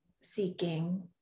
seeking